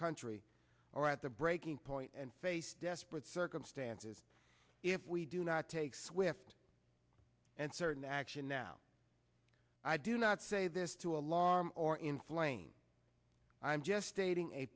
country or at the breaking point and face desperate circumstances if we do not take swift and certain action now i do not say this to alarm or inflame i'm just stating a